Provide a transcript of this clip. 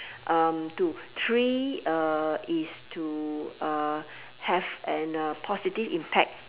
um two three uh is to uh have an uh positive impact